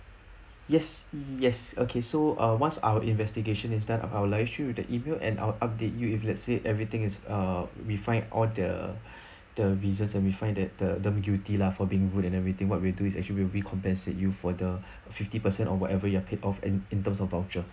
yes yes okay so uh once our investigation is done uh I'll liaise you with the email and I'll update you if let's say everything is uh we find all the the reasons and we find that the them guilty lah for being rude and everything what we'll do is actually we'll be re compensate you for the fifty percent or whatever you have paid off and in terms of voucher